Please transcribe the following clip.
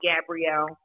Gabrielle